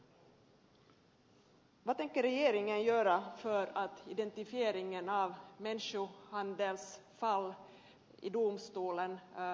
vad tänker regeringen göra för att identifieringen av människohandelsfall i domstolen förbättras